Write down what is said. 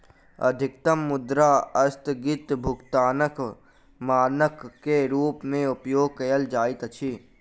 अधिकतम मुद्रा अस्थगित भुगतानक मानक के रूप में उपयोग कयल जाइत अछि